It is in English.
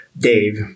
Dave